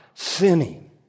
Sinning